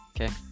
Okay